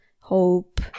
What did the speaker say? hope